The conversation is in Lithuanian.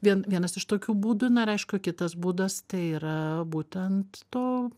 vien vienas iš tokių būdų na ir aišku kitas būdas tai yra būtent to